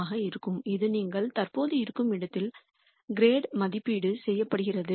ஆக இருக்கும் இது நீங்கள் தற்போது இருக்கும் இடத்தில் கிரேட் மதிப்பீடு செய்யப்படுகிறது